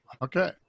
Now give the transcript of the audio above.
Okay